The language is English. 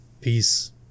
Peace